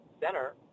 center